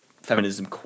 feminism